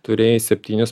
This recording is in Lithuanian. turėjai septynis